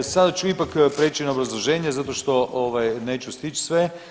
Sada ću ipak priječi na obrazloženje zato što neću stići sve.